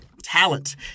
talent